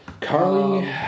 Carly